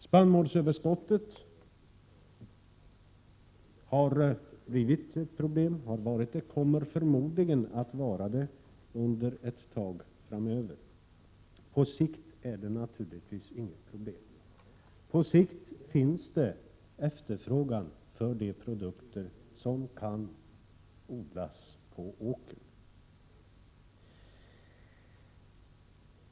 Spannmålsöverskottet har blivit ett problem, har varit och kommer förmodligen att vara det ett tag framöver. På sikt är det naturligtvis inget problem. På sikt finns det efterfrågan på de produkter som kan odlas på åker.